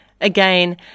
again